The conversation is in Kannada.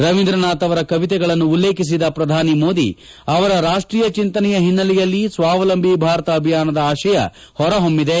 ರವೀಂದ್ರನಾಥ್ ಅವರ ಕವಿತೆಗಳನ್ನು ಉಲ್ಲೇಖಿಸಿದ ಪ್ರಧಾನಿ ಮೋದಿ ಅವರ ರಾಷ್ಟೀಯ ಚಿಂತನೆಯ ಒನ್ನೆಲೆಯಲ್ಲಿ ಸ್ವಾವಲಂಬಿ ಭಾರತ ಅಭಿಯಾನದ ಆಶಯ ಹೊರಹೊಮ್ಮಿದೆ